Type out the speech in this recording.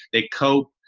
they cope.